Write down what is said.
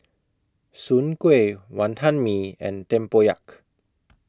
Soon Kuih Wantan Mee and Tempoyak